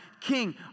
king